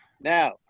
Now